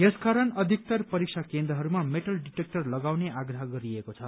यसकारण अधिक्तर परीक्षा केन्द्रहरूमा मेटल डिटेक्टर लगाउने आप्रह गरिएको छ